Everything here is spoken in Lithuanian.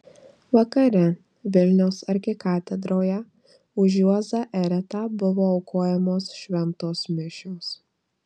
vakare vilniaus arkikatedroje už juozą eretą buvo aukojamos šventos mišios